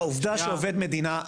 העובדה שעובד מדינה,